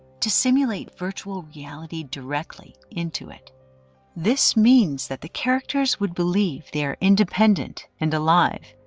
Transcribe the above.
to simulate virtual reality directly into it this means that the characters would believe they're independent and alive,